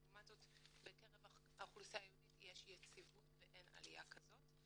לעומת זאת בקרב האוכלוסייה היהודית יש יציבות ואין עלייה כזאת.